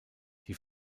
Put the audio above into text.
die